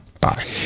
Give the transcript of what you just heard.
bye